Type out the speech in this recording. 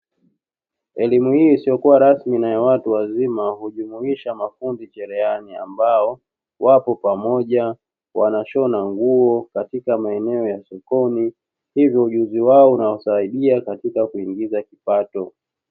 Elimu hii isiyokuwa rasmi na ya watu wazima hujumuisha mafundi cherehani, ambao wapo pamoja wanashona nguo katika maeneo ya sokoni, hivyo ujuzi wao usaidia katika kuingiza kipato.